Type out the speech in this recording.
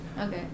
Okay